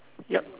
yup